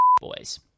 boys